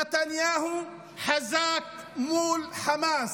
"נתניהו, חזק מול חמאס".